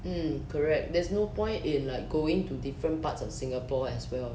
mm correct there's no point in like going to different parts of singapore as well